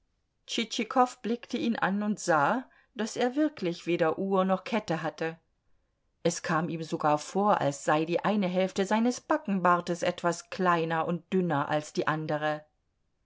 tschitschikow blickte ihn an und sah daß er wirklich weder uhr noch kette hatte es kam ihm sogar vor als sei die eine hälfte seines backenbartes etwas kleiner und dünner als die andere